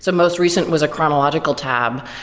so most recent was a chronological tab.